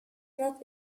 not